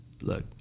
look